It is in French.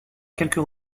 quelques